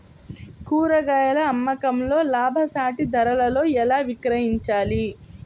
కూరగాయాల అమ్మకంలో లాభసాటి ధరలలో ఎలా విక్రయించాలి?